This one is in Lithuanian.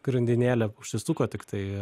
grandinėlė užsisuko tiktai